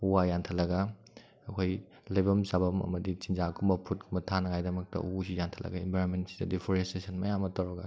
ꯎ ꯋꯥ ꯌꯥꯟꯊꯠꯂꯒ ꯑꯩꯈꯣꯏꯒꯤ ꯂꯩꯐꯝ ꯆꯥꯐꯝ ꯑꯃꯗꯤ ꯆꯤꯟꯖꯥꯛꯀꯨꯝꯕ ꯐꯨꯗꯀꯨꯝꯕ ꯊꯥꯅꯉꯥꯏꯗꯃꯛꯇ ꯎꯁꯤ ꯌꯥꯟꯊꯠꯂꯒ ꯏꯟꯚꯥꯏꯔꯣꯟꯃꯦꯟꯁꯤꯗ ꯗꯤꯐꯣꯔꯦꯁꯇ꯭ꯔꯦꯁꯟ ꯃꯌꯥꯝ ꯑꯃ ꯇꯧꯔꯒ